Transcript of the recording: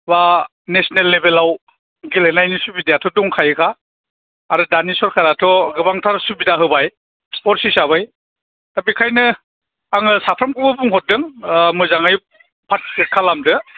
बा नेसनेल लेबेलाव गेलेनायनि सुबिदायाथ' दंखायोखा आरो दानि सरकाराथ' गोबांथार सुबिदा होबाय स्पर्टस हिसाबै दा बेखायनो आङो साथामखौबो बुंहरदों ओ मोजाङै पारटिसिपेट खालामदो